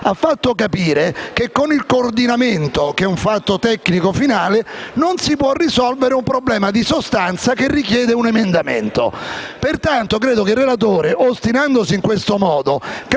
ha fatto capire che con il coordinamento, che è un fatto tecnico finale, non si può risolvere un problema di sostanza, che richiede un emendamento. Pertanto, credo che il relatore, ostinandosi in questo modo,